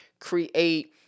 create